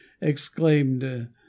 exclaimed